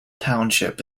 township